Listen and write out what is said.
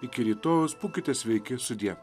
iki rytojaus būkite sveiki sudie